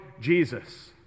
jesus